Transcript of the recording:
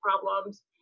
problems